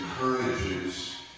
encourages